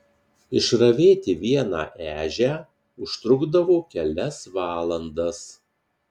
išravėti vieną ežią užtrukdavo kelias valandas